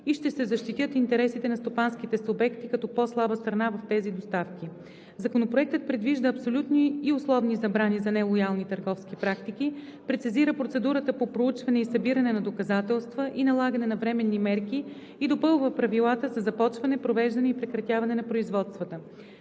и ще се защитят интересите на стопанските субекти като по-слаба страна в тези доставки. Законопроектът предвижда абсолютни и условни забрани за нелоялни търговски практики, прецизира процедурата по проучване и събиране на доказателства и налагане на временни мерки и допълва правилата за започване, провеждане и прекратяване на производствата.